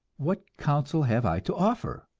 what counsel have i to offer?